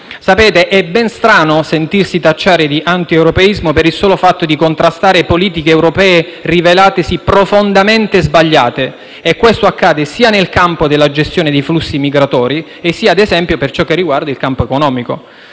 Sapete, è ben strano sentirsi tacciare di antieuropeismo per il solo fatto di contrastare politiche europee rivelatesi profondamente sbagliate e questo accade sia nel campo della gestione dei flussi migratori sia, ad esempio, per ciò che riguarda il campo economico.